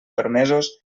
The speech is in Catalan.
permesos